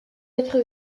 être